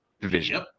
division